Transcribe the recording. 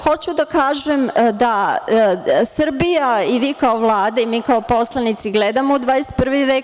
Hoću da kažem da Srbija i vi kao Vlada i mi kao poslanici gledamo u 21. vek.